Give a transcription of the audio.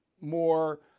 more